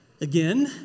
Again